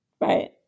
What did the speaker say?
right